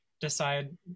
decide